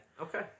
Okay